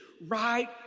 right